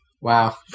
Wow